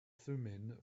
thummim